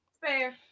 Fair